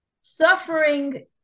suffering